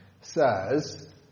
says